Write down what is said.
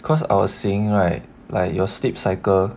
cause I was saying right like your sleep cycle